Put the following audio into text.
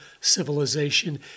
civilization